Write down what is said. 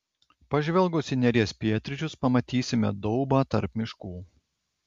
pažvelgus į neries pietryčius pamatysime daubą tarp miškų